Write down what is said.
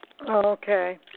Okay